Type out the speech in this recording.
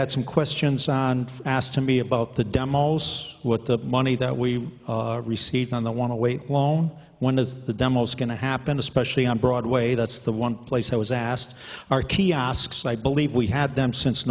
had some questions on asked to me about the demos with the money that we received on the want to wait loan when is the demos going to happen especially on broadway that's the one place that was asked our kiosks i believe we had them since